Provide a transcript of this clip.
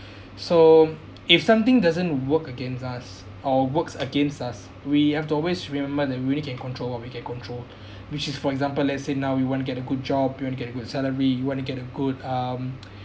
so if something doesn't work against us or works against us we have to always remember that we only can control what we can control which is for example let's say now we want to get a good job you want to get a good salary you want to get a good um